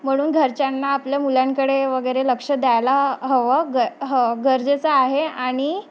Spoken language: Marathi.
म्हणून घरच्यांना आपल्या मुलांकडे वगैरे लक्ष द्यायला हवं ग ह गरजेचं आहे आणि